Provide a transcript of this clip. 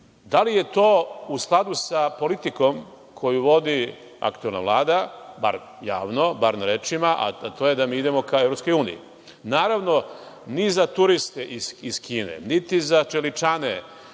Da li je to u skladu sa politikom koju vodi aktuelna vlada, bar javno, bar na rečima, a to je da mi idemo ka EU? Naravno, ni za turiste iz Kine, niti za čeličane